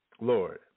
Lord